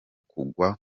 kugwa